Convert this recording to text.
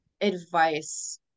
advice